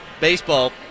Baseball